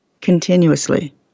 continuously